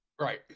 Right